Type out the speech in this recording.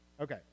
Okay